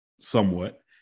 somewhat